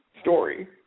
story